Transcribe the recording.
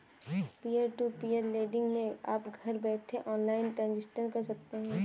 peer to peer lending मै आप घर बैठे ऑनलाइन ट्रांजेक्शन कर सकते है